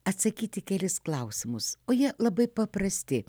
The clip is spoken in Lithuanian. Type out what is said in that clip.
atsakyt į kelis klausimus o jie labai paprasti